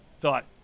thought